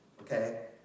Okay